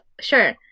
Sure